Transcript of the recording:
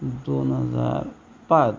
दोन हजार पाच